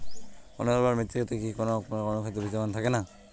অনুর্বর মৃত্তিকাতে কি কোনো প্রকার অনুখাদ্য বিদ্যমান থাকে না?